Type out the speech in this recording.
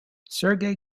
sergei